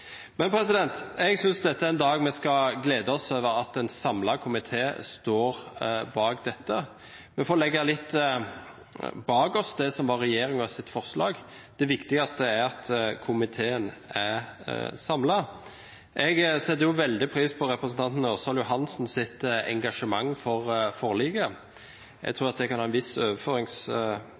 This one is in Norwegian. Men jeg synes dette er en dag da vi skal glede oss over at en samlet komité står bak dette. Vi får legge litt bak oss det som var regjeringens forslag – det viktigste er at komiteen står samlet. Jeg setter veldig pris på representanten Ørsal Johansens engasjement for forliket. Jeg